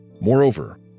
moreover